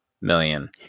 million